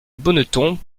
bonneton